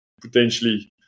potentially